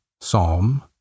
psalm